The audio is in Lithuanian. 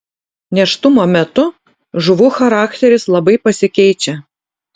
nėštumo metu žuvų charakteris labai pasikeičia